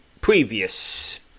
previous